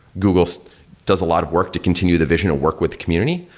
google so does a lot of work to continue the vision to work with the community,